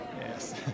Yes